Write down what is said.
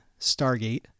Stargate